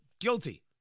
guilty